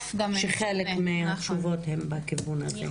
תשובות שחלק מהתשובות הן בכיוון הזה.